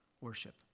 worship